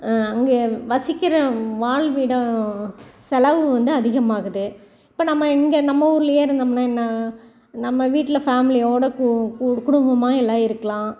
அங்கே வசிக்கிற வாழ்விடம் செலவு வந்து அதிகமாகுது இப்போ நம்ம இங்கே நம்ம ஊர்லேயே இருந்தோம்னால் என்ன நம்ம வீட்டில் ஃபேம்லியோடு கு கூடு குடும்பமாக எல்லாம் இருக்கலாம்